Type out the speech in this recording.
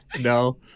No